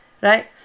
Right